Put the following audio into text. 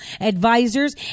advisors